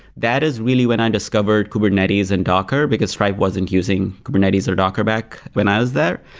that is really when i discovered kubernetes and docker, because stripe wasn't using kubernetes or docker back when i was there.